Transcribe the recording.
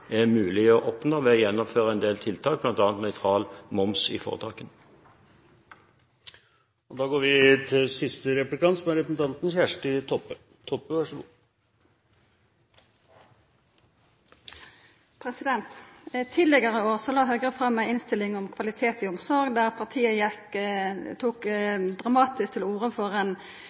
er mulig å oppnå ved å gjennomføre en del tiltak, bl.a. nøytral moms i foretakene. Tidlegare i år la Høgre fram ei innstilling om kvalitet i omsorg, der partiet dramatisk tek til orde for ein